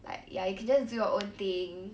like ya you can just do your own thing